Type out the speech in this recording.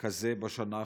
כזה בשנה האחרונה?